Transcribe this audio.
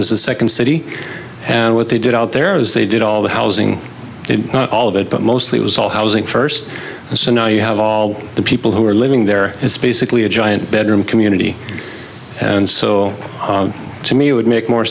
the second city and what they did out there is they did all the housing in all of it but mostly it was all housing first so now you have all the people who are living there it's basically a giant bedroom community and so to me it would make more